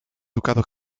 ducado